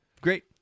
Great